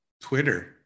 Twitter